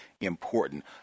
important